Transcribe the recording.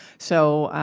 so,